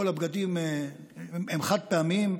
כל הבגדים הם חד-פעמיים.